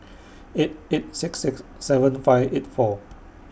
eight eight six six seven five eight four